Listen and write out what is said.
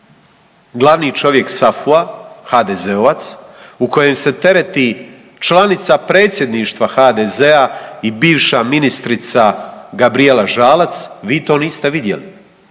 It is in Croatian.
glavni čovjek SAFU-a HDZ-ovac, u kojem se tereti članica predsjedništva HDZ-a i bivša ministrica Gabrijela Žalac, vi to niste vidjeli,